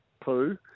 poo